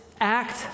act